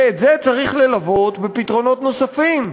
ואת זה צריך ללוות בפתרונות נוספים: